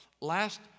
last